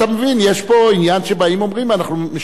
יש פה עניין שבאים ואומרים: אנחנו משנים גישה.